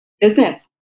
Business